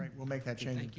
we'll make that change,